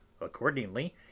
accordingly